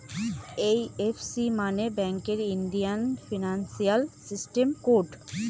IFC মানে ব্যাঙ্কের Indian financial system code